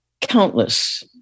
countless